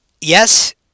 yes